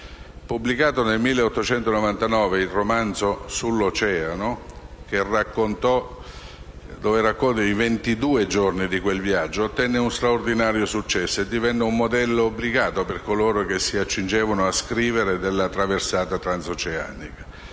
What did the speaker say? Pubblicato nel 1889, il romanzo «Sull'oceano», che racconta i ventidue giorni di quel viaggio, ottenne uno straordinario successo e divenne un modello obbligato per coloro che si accingevano a scrivere della traversata transoceanica.